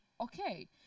okay